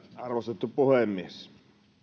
arvostettu puhemies